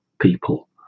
people